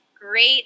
great